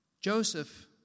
Joseph